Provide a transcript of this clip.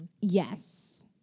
Yes